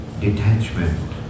detachment